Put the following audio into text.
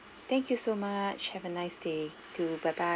thank you so much have a nice day too bye bye